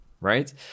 right